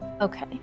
Okay